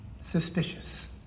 suspicious